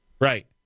Right